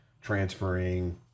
transferring